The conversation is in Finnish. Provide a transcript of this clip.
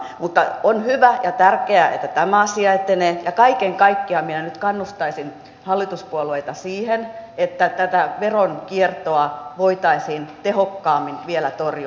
mutta on hyvä ja tärkeää että tämä asia etenee ja kaiken kaikkiaan minä nyt kannustaisin hallituspuolueita siihen että veronkiertoa voitaisiin vielä tehokkaammin torjua